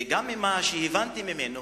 וממה שהבנתי ממנו,